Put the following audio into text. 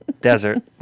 Desert